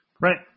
Right